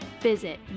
visit